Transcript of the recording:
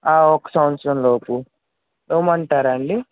ఒక సంవత్సరంలోపు ఇవమంటారాండి